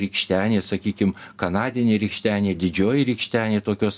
rykštenė sakykim kanadinė rykštenė didžioji rykštenė tokios